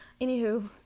Anywho